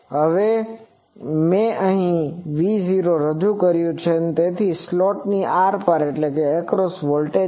હવે મેં અહીં V0 રજૂ કર્યું છે તે તે સ્લોટની આરપારનો વોલ્ટેજ છે